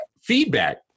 feedback